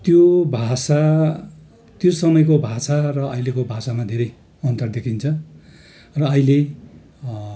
त्यो भाषा त्यो समयको भाषा र अहिलेको भाषामा धेरै अन्तर देखिन्छ र अहिले